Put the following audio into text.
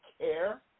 care